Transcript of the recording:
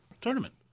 tournament